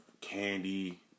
candy